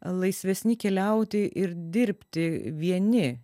laisvesni keliauti ir dirbti vieni